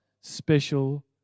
special